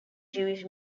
jewish